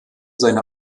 seine